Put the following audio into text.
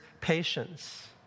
patience